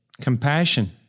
Compassion